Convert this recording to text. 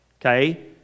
Okay